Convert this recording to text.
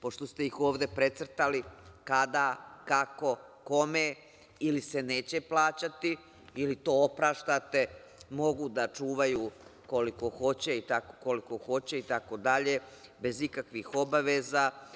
pošto ste ih ovde precrtali, kada, kako, kome ili se neće plaćati ili to opraštate, mogu da čuvaju koliko hoće itd, bez ikakvih obaveza.